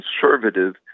conservative